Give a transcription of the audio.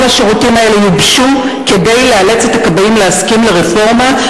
כל השירותים יובשו כדי לאלץ את הכבאים להסכים לרפורמה,